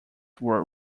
were